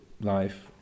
life